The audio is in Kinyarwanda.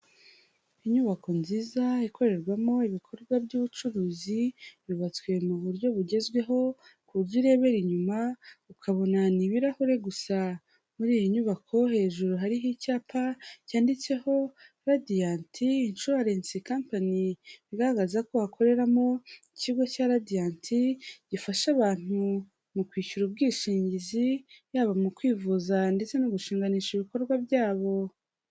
Inyubako nziza ikorerwamo ibikorwa by'ubucuruzi, yubatswe mu buryo bugezweho ku buryo urebera inyuma ukabona ni ibirahure gusa. Muri iyi nyubako hejuru hariho icyapa cyanditseho Radiyanti inshuwarensi kampani, igaragaza ko hakoreramo ikigo cya Radiant gifasha abantu mu kwishyura ubwishingizi yaba mu kwivuza ndetse no gushinganisha ibikorwa byabo.